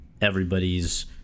everybody's